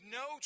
no